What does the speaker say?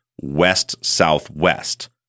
west-southwest